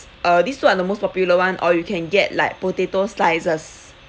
uh these two are the most popular one or you can get like potato slices